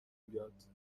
بیاد